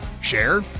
Share